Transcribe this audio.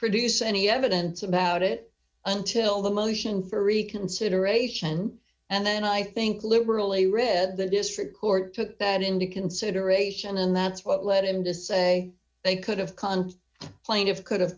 produce any evidence about it until the motion for reconsideration and then i think liberally read the district court took that into consideration and that's what led him to say they could have conned plaintiffs could